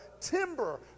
timber